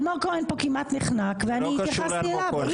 אלמוג כהן פה כמעט נחנק ואני התייחסתי אליו.